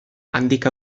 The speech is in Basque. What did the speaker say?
handik